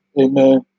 amen